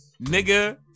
Nigga